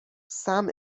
سَم